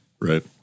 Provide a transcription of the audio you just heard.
right